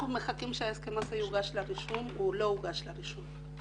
אנחנו מחכים שההסכם הזה יוגש לרישום והוא לא הוגש לרישום.